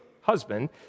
husband